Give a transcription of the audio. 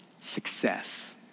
success